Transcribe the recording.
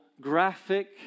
graphic